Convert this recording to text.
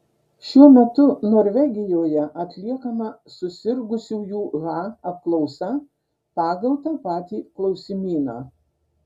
šiuo metu norvegijoje atliekama susirgusiųjų ha apklausa pagal tą patį klausimyną